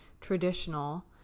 traditional